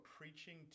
preaching